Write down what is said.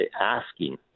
asking